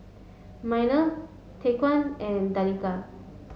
Minor Tyquan and Danica